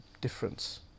difference